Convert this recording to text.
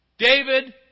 David